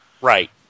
Right